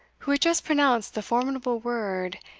who had just pronounced the formidable word,